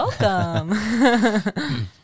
Welcome